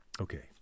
Okay